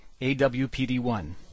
AWPD-1